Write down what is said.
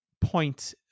point